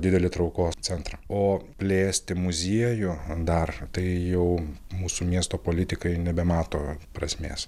didelį traukos centrą o plėsti muziejų dar tai jau mūsų miesto politikai nebemato prasmės